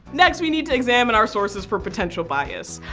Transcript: next we need to exam and our sources for potential bias.